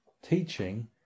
teaching